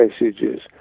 messages